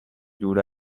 دور